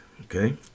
Okay